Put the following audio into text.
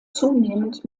zunehmend